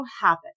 habit